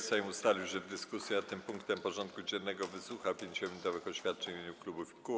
Sejm ustalił, że w dyskusji nad tym punktem porządku dziennego wysłucha 5-minutowych oświadczeń w imieniu klubów i kół.